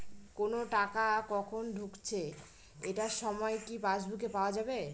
কোনো টাকা কখন ঢুকেছে এটার সময় কি পাসবুকে পাওয়া যাবে?